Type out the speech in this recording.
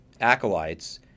acolytes